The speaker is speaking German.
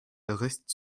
bericht